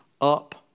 up